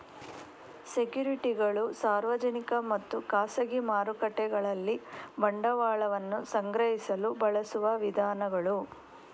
ಸೆಕ್ಯುರಿಟಿಗಳು ಸಾರ್ವಜನಿಕ ಮತ್ತು ಖಾಸಗಿ ಮಾರುಕಟ್ಟೆಗಳಲ್ಲಿ ಬಂಡವಾಳವನ್ನ ಸಂಗ್ರಹಿಸಲು ಬಳಸುವ ವಿಧಾನಗಳು